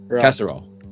Casserole